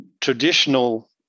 traditional